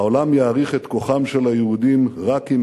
העולם יעריך את כוחם של היהודים רק אם